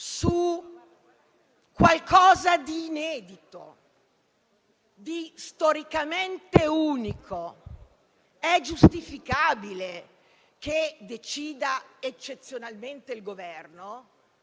su qualcosa di inedito e di storicamente unico è giustificabile che eccezionalmente decida il Governo,